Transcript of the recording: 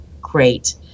great